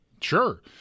Sure